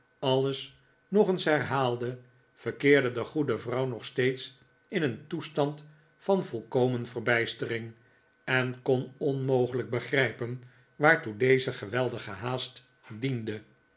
alles nog eens herhaalde verkeerde de goede vrouw nog steeds in een toestand van volkomen verbijstering en kon onmogelijk begrijpen waartoe deze geweldige haast diende